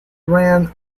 ran